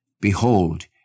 Behold